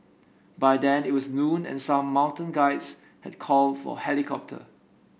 by then it was noon and some mountain guides had called for helicopter